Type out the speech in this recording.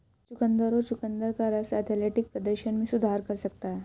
चुकंदर और चुकंदर का रस एथलेटिक प्रदर्शन में सुधार कर सकता है